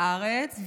בארץ.